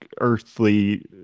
earthly